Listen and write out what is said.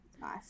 nice